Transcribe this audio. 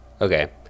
Okay